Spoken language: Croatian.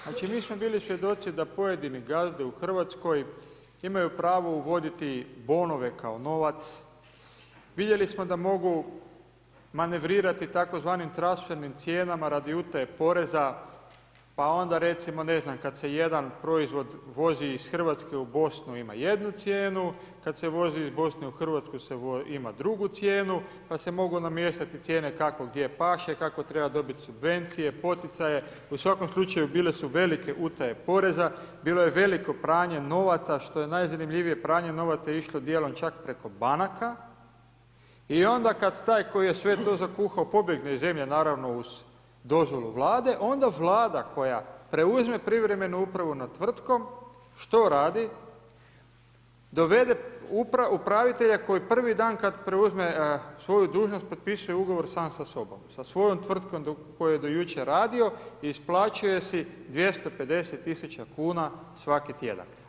Znači mi smo bili svjedoci da pojedini gazde u Hrvatskoj imaju pravo uvoditi bonove kao novac, vidjeli smo da mogu manevrirati tzv. transfernim cijenama radi utaje poreza, pa onda recimo ne znam kada se jedan proizvod vozi iz Hrvatske u Bosnu ima jednu cijenu, kada se vozi iz Bosne u Hrvatsku ima drugu cijenu, pa se mogu namještati cijene kako gdje paše, kako treba dobiti subvencije, poticaje u svakom slučaju bile su velike utaje poreza, bilo je veliko pranje novaca, što je najzanimljivije pranje novaca je išlo dijelom čak preko banaka i onda kada je taj koji je sve zakuhao pobjegne iz zemlje, naravno uz dozvolu Vlade onda Vlada koja preuzme privremenu upravo nad tvrtkom, što radi, dovede upravitelja koji prvi dan kada preuzme svoju dužnost potpisuje ugovor sam sa sobom, sa svojom tvrtkom u kojoj je do jučer radio i isplaćuje si 250000 kuna svaki tjedan.